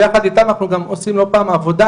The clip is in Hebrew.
ביחד איתם אנחנו עושים לא פעם עבודה,